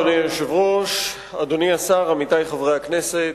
אדוני היושב-ראש, אדוני השר, עמיתי חברי הכנסת,